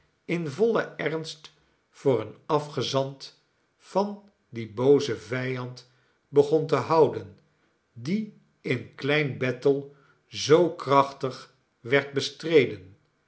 in vollen ernst voor een afgezant van dien boozen vijand begon te houden die in klein bethel zoo krachtig werd bestreden